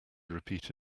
repeat